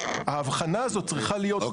ההבחנה הזאת צריכה להיות.